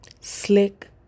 slick